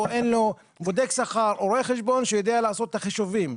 אין לו בודק שכר או רואה חשבון שיודע לעשות את החישובים.